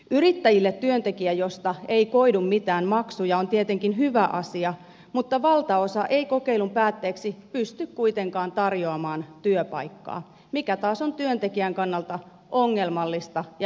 yrittäjille työntekijä josta ei koidu mitään maksuja on tietenkin hyvä asia mutta valtaosa ei kokeilun päätteeksi pysty kuitenkaan tarjoamaan työpaikkaa mikä taas on työntekijän kannalta ongelmallista ja epäoikeudenmukaista